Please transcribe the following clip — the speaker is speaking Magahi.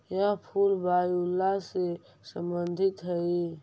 यह फूल वायूला से संबंधित हई